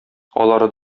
алары